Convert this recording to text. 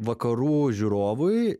vakarų žiūrovui